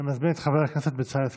אני מזמין את חבר הכנסת בצלאל סמוטריץ'.